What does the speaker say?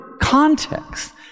context